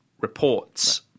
reports